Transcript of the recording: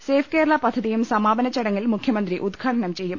safe Kerala പദ്ധതിയും സമാപന ചട ങ്ങിൽ മുഖ്യമന്ത്രി ഉദ്ഘാടനം ചെയ്യും